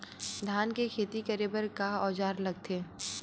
धान के खेती करे बर का औजार लगथे?